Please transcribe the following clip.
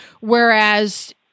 whereas